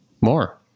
More